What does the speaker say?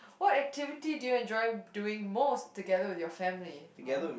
what activity do you enjoy doing most together with your family !huh!